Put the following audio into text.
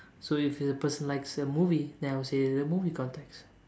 so if the person likes a movie then I'd say it's a movie context